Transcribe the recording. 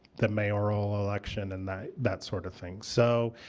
the mayoral election and that that sort of thing. so,